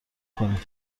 کنید